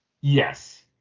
yes